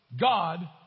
God